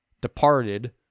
departed